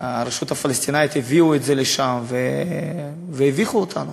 הרשות הפלסטינית הביאה את זה לשם והביכה אותנו.